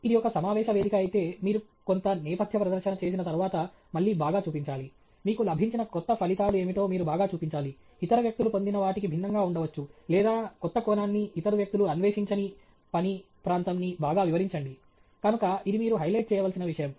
ఇది ఒక సమావేశ వేదిక అయితే మీరు కొంత నేపథ్య ప్రదర్శన చేసిన తర్వాత మళ్ళీ బాగా చూపించాలి మీకు లభించిన క్రొత్త ఫలితాలు ఏమిటో మీరు బాగా చూపించాలి ఇతర వ్యక్తులు పొందిన వాటికి భిన్నంగా ఉండవచ్చు లేదా కొత్త కోణాన్నిఇతర వ్యక్తులు అన్వేషించని పని ప్రాంతం ని బాగా వివరించండి కనుక ఇది మీరు హైలైట్ చేయవలసిన విషయం